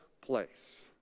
place